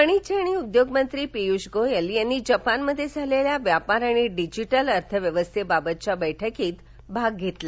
वाणिज्य आणि उद्योग मंत्री पीयूष गोयल यांनी जपानमध्ये झालेल्या व्यापार आणि डिजिटल अर्थव्यवसस्थेबाबतच्या बैठकीत भाग घेतला